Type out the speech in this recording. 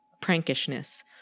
prankishness